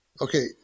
Okay